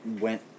went